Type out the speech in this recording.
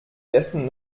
gestern